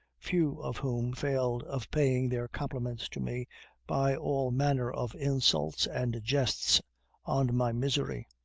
few of whom failed of paying their compliments to me by all manner of insults and jests on my misery.